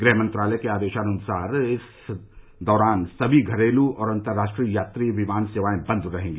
गृह मंत्रालय के आदेशानुसार इस दौरान सभी घरेलू और अंतर्राष्ट्रीय यात्री विमान सेवाए बंद रहेंगी